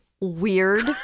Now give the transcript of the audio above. weird